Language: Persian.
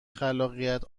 خلاقیت